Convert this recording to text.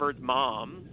mom